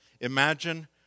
Imagine